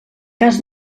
cas